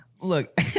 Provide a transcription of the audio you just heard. Look